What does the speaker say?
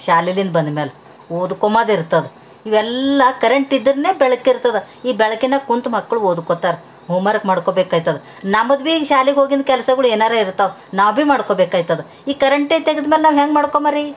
ಶಾಲೆಯಿಂದ ಬಂದ್ಮೇಲೆ ಓದ್ಕೋಂಬುದಿರ್ತದ ಇವೆಲ್ಲ ಕರೆಂಟಿದ್ದರೇನೆ ಬೆಳಕಿರ್ತದ ಈ ಬೆಳಕಿನಾಗ ಕುಂತು ಮಕ್ಕಳು ಓದ್ಕೋಳ್ತಾರೆ ಹೋಮ್ವರ್ಕ್ ಮಾಡ್ಕೋಬೇಕಾಯ್ತದ ನಮ್ದು ಭೀ ಶಾಲೆಗೆ ಹೋಗಿದ್ದ ಕೆಲಸಗಳು ಏನಾರ ಇರ್ತಾವೆ ನಾವೇ ಮಾಡ್ಕೊಳ್ಬೇಕಾಯ್ತದ ಈ ಕರೆಂಟೆ ತೆಗೆದ್ಮೇಲೆ ನಾವು ಹೆಂಗೆ ಮಾಡ್ಕೊಂಡ್ಬರ್ರಿ